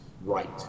right